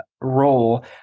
role